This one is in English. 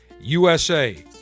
USA